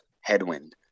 headwind